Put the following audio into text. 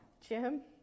jim